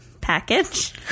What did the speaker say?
package